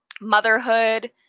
motherhood